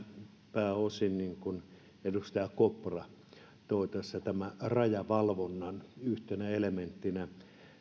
pääosin edustaja kopra toi tässä tämän rajavalvonnan yhtenä elementtinä